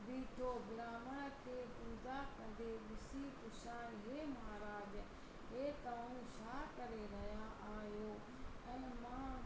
बीठो ब्राहमण खे पूजा कंदे ॾिसी पुछाईं हे महाराज हे तव्हां हे छा करे रहिया आहियो ऐं मां